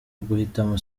uguhitamo